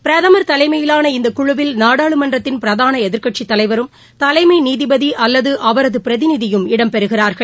பிரதமா் தலைமையிலான இந்தக்குழுவில் நாடாளுமன்றத்தின் பிரதான எதிர்க்கட்சி தலைவரும் தலைமை நீதிபதி அல்லது அவரது பிரதிநிதியும் இடம்பெறுகிறார்கள்